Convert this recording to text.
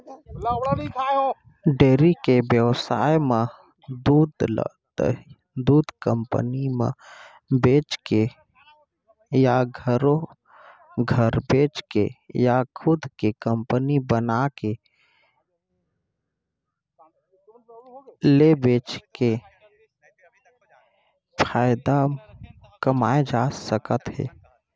dairy के बेवसाय म दूद ल दूद कंपनी म बेचके या घरो घर बेचके या खुदे के कंपनी बनाके ले बेचके फायदा कमाए जा सकत हे